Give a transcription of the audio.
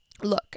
Look